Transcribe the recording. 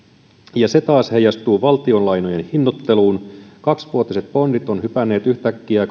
ja se taas heijastuu valtionlainojen hinnoitteluun kaksivuotiset bondit ovat hypänneet yhtäkkiä